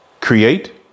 Create